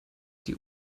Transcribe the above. die